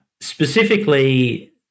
Specifically